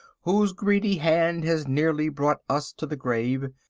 whose greedy hand has nearly brought us to the grave.